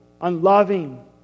unloving